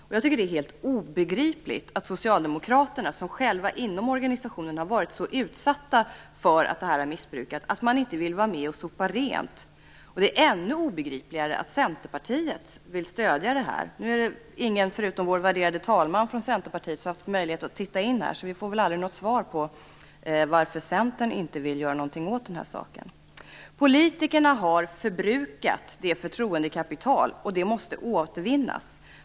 Jag tycker att det är helt obegripligt att Socialdemokraterna, som själva inom organisationen har varit så utsatta för att det här har missbrukats, inte vill vara med och sopa rent. Det är ännu obegripligare att Centerpartiet vill stödja detta. Nu finns det ingen från Centerpartiet, förutom vår värderade talman, som har haft möjlighet att titta in här så vi får väl aldrig något svar på varför Centern inte vill göra någonting åt den här saken. Politikerna har förbrukat förtroendekapitalet, och det måste återvinnas.